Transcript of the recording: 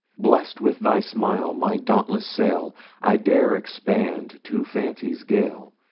blest with thy smile, my dauntless sail i dare expand to fancy's gale,